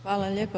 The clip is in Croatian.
Hvala lijepa.